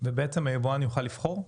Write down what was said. והיבואן יוכל לבחור?